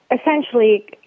essentially